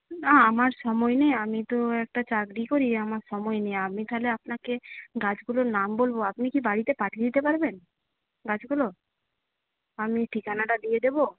না আমার সময় নেই আমি তো একটা চাকরি করি আমার সময় নেই আমি তাহলে আপনাকে গাছগুলোর নাম বলবো আপনি কি বাড়িতে পাঠিয়ে দিতে পারবেন গাছগুলো আমি ঠিকানাটা দিয়ে দেবো